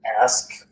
ask